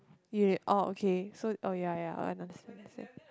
you orh okay so oh ya ya I understand understand